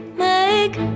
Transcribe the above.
make